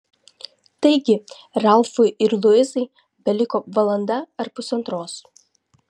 taigi ralfui ir luizai beliko valanda ar pusantros